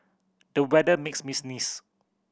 the weather make me sneeze